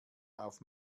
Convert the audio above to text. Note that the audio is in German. auf